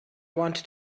want